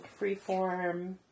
freeform